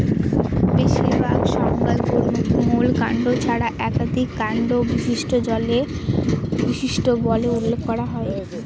বেশিরভাগ সংজ্ঞায় গুল্মকে মূল কাণ্ড ছাড়া একাধিক কাণ্ড বিশিষ্ট বলে উল্লেখ করা হয়